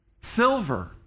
Silver